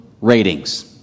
ratings